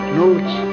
notes